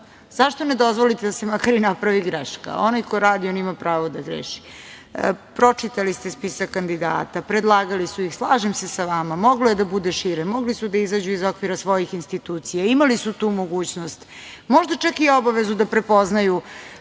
Zašto ne dozvolite da se makar i napravi greška? Onaj ko radi on ima pravo da greši. Pročitali ste spisak kandidata, predlagali su ih, i slažem se sa vama, moglo je da bude šire, mogli su da izađu iz okvira svojih institucija, imali su tu mogućnost, možda čak i obavezu da prepoznaju